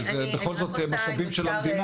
זה בכל זאת משאבים של המדינה.